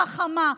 חכמה,